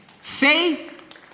Faith